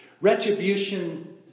retribution